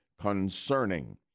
concerning